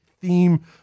theme